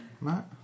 Matt